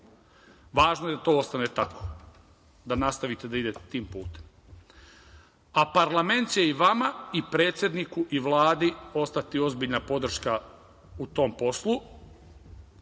Važno je da to ostane tako, da nastavite da idete tim putem. Parlament će i vama i predsedniku i Vladi ostati ozbiljna podrška u tom poslu,